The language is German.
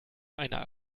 einer